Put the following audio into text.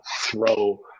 throw